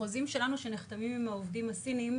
החוזים שלנו שנחתמים עם העובדים הסינים,